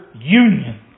Union